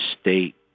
state